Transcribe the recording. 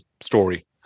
story